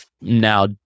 now